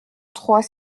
trois